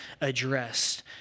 addressed